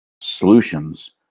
solutions